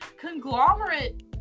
conglomerate